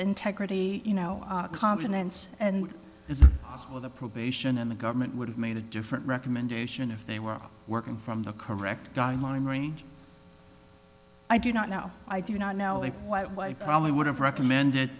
integrity you know confidence and it's possible the probation and the government would have made a different recommendation if they were working from the correct guideline range i do not know i do not know why i probably would have recommended